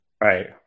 Right